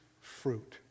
fruit